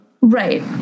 Right